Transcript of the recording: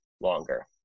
longer